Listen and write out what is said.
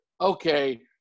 okay